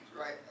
right